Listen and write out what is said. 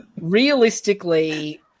Realistically